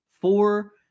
four